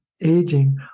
aging